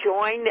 join